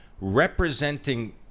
representing